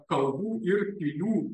kalvų ir pilių